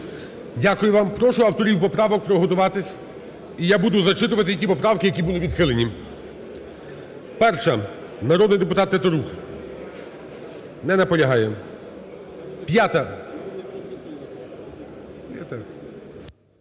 Дякую вам. Прошу авторів поправок приготуватися. І я буду зачитувати ті поправки, які були відхилені. 1-а, народний депутат Тетерук. Не наполягає. 5-а,